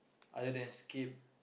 other than scape